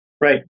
Right